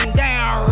down